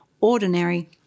ordinary